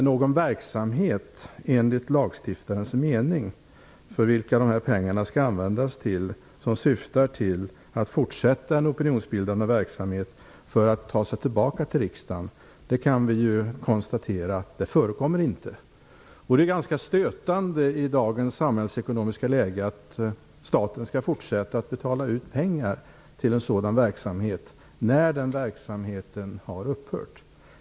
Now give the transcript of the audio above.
Någon verksamhet enligt lagstiftarens mening, för vilken de här pengarna skall användas och som syftar till att fortsätta en opinionsbildande verksamhet för att ta sig tillbaka till riksdagen, förekommer inte. Det kan vi konstatera. Det är ganska stötande i dagens samhällsekonomiska läge att staten skall fortsätta att betala ut pengar till en sådan verksamhet, när den verksamheten har upphört.